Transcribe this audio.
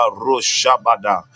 roshabada